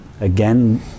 Again